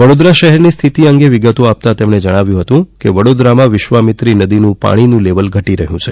વડોદરા શહેરની સ્થિતિ વિશેની વિગતો આપતાં તેમણે ઉમેર્યું હતું કે વડોદરામાં વિશ્વામિત્રી નદીનું પાણી લેવલ ઘટી રહ્યું છે